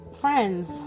friends